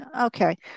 Okay